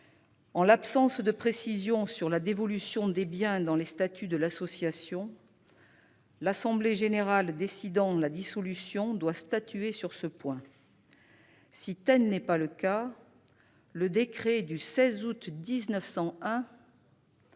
en l'absence de précision sur la dévolution des biens dans les statuts de l'association, l'assemblée générale décidant la dissolution doit statuer sur ce point. Si tel n'est pas le cas, le décret du 16 août 1901